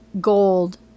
gold